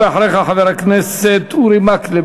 אחריך, חבר הכנסת אורי מקלב.